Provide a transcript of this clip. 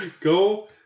Go